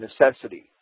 necessity